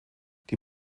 die